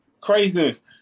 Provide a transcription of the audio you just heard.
craziness